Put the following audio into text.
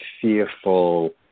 fearful